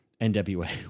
NWA